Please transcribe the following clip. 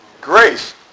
Grace